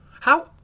How